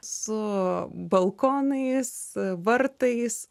su balkonais vartais